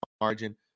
margin